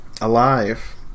alive